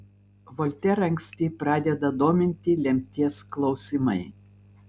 volterą anksti pradeda dominti lemties klausimai